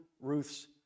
Ruth's